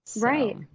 right